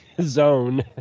zone